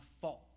fault